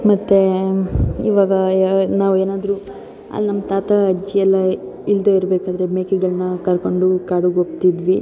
ಮತ್ತು ಇವಾಗ ನಾವು ಏನಾದ್ರೂ ಅಲ್ಲಿ ನಮ್ಮ ತಾತ ಅಜ್ಜಿ ಎಲ್ಲ ಇಲ್ಲದೇ ಇರಬೇಕಾದ್ರೆ ಮೇಕೆಗಳನ್ನ ಕರ್ಕೊಂಡು ಕಾಡಿಗ್ ಹೋಗ್ತಿದ್ವಿ